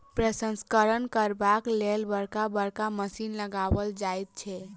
प्रसंस्करण करबाक लेल बड़का बड़का मशीन लगाओल जाइत छै